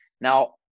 Now